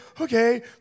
okay